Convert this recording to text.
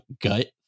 gut